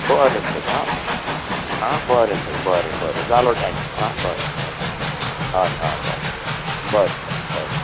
बरें तर हा बरें बरें जालो टायम हा बरें बरें हय हय बरें बरें बरें बरें